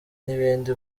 n’ibindi